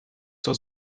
zur